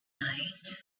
night